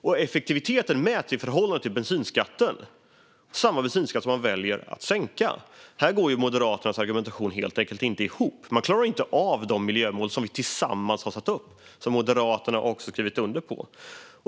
Och effektiviteten mäts i förhållande till bensinskatten, samma bensinskatt som de väljer att sänka. Här går Moderaternas argumentation helt enkelt inte ihop. De klarar inte av de miljömål som vi tillsammans har satt upp och som Moderaterna också har skrivit under.